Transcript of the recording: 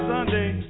Sunday